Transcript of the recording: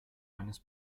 eines